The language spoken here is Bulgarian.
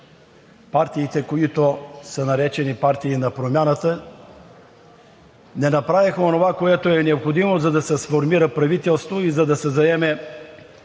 партиите, които са наречени партии на промяната не направиха онова, което е необходимо, за да се сформира правителство и да се заеме